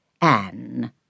Anne